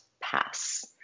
pass